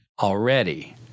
already